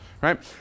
right